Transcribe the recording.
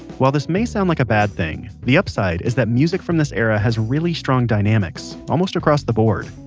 while this may sound like a bad thing, the upside is that music from this era has really strong dynamics, almost across the board.